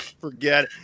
forget